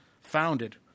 founded